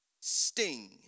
sting